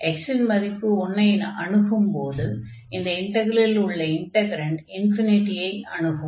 x இன் மதிப்பு 1 ஐ அணுகும்போது இந்த இன்டக்ரலில் உள்ள இன்டக்ரன்ட் ஐ அணுகும்